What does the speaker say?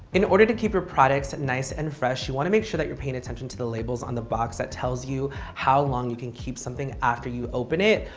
in order to keep your products nice and fresh, you want to make sure that you're paying attention to the labels on the box that tells you how long you can keep something after you open it.